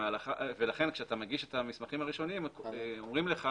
ולכן כשאתה מגיש את המסמכים הראשונים אומרים לך